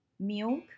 milk